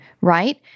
right